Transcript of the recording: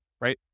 right